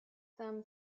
some